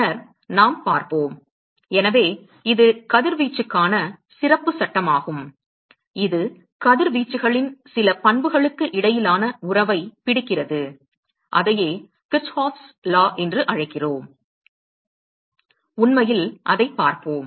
பின்னர் நாம் பார்ப்போம் எனவே இது கதிர்வீச்சுக்கான சிறப்புச் சட்டமாகும் இது கதிர்வீச்சுகளின் சில பண்புகளுக்கு இடையிலான உறவைப் பிடிக்கிறது அதையே கிர்ச்சோஃப் விதி Kirchhoff's law என்று அழைக்கிறோம் உண்மையில் அதைப் பார்ப்போம்